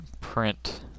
print